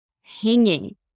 hanging